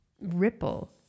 ripple